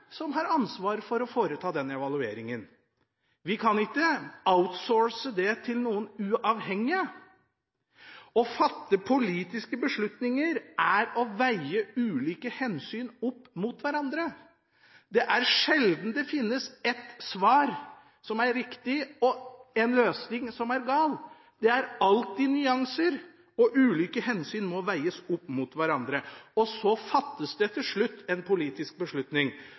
som har ansvar for å foreta den evalueringa. Vi kan ikke «outsource» det til noen uavhengige. Å fatte politiske beslutninger er å veie ulike hensyn opp mot hverandre. Det er sjelden det finnes ett svar som er riktig og én løsning som er gal. Det er alltid nyanser. Ulike hensyn må veies opp mot hverandre, og så fattes det til slutt en politisk beslutning.